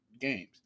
games